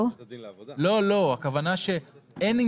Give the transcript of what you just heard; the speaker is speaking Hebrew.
לא בית הדין לעבודה.